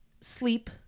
sleep